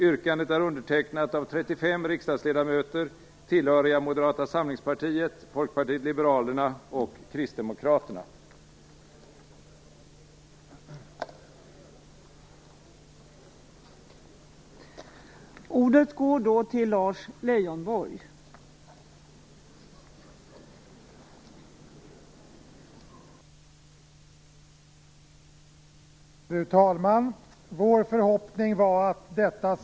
Yrkandet är undertecknat av 35 riksdagsledamöter tillhörande Moderata samlingspartiet, Folkpartiet liberalerna och Kristdemokraterna. Med hänvisning till statsministerns uttalanden och åtgärder i samband med dennes besök i Kina yrkar vi i enlighet med RF 12:4 att riksdagen måtte uttala att statsminister Göran Persson icke åtnjuter riksdagens förtroende.